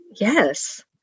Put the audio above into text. Yes